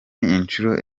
inshuro